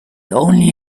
only